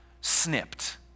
snipped